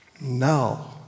now